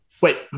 Wait